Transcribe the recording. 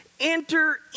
Enter